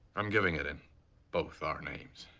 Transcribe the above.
i'm giving it in both our names.